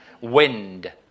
Wind